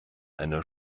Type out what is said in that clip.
einer